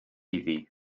iddi